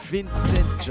Vincent